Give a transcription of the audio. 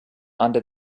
under